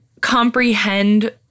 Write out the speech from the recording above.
comprehend